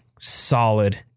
solid